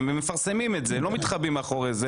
הם מפרסמים את זה - הם לא מתחבאים מאחורי זה